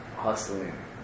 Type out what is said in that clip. Hustling